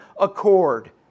accord